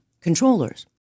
controllers